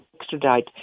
extradite